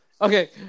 Okay